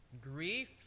grief